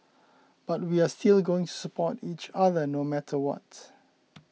but we are still going to support each other no matter what